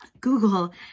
google